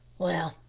well,